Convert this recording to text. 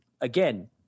again